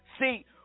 see